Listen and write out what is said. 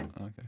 Okay